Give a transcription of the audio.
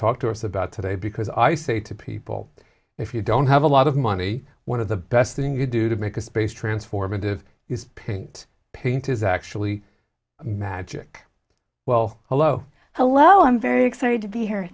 talk to us about today because i say to people if you don't have a lot of money one of the best thing you do to make a space transformative is paint paint is actually magic well hello hello i'm very excited to be here